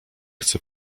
chce